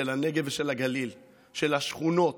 של הנגב ושל הגליל, של השכונות,